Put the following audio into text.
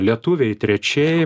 lietuviai trečiai